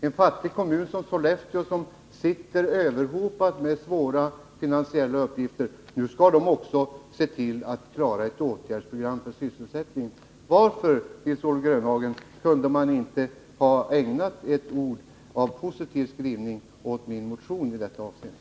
En fattig kommun som Sollefteå, som är överhopad av svåra finansiella uppgifter, skall nu också se till att den klarar ett åtgärdsprogram för sysselsättningen. Varför, Nils-Olof Grönhagen, kunde man inte i utskottet ha ägnat min motion några positiva ord i detta avseende?